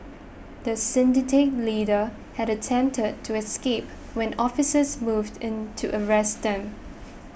the leader had attempted to escape when officers moved in to arrest them